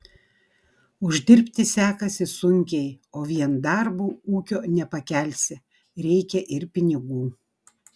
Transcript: uždirbti sekasi sunkiai o vien darbu ūkio nepakelsi reikia ir pinigų